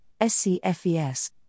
SCFES